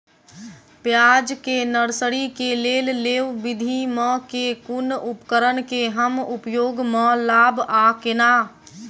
प्याज केँ नर्सरी केँ लेल लेव विधि म केँ कुन उपकरण केँ हम उपयोग म लाब आ केना?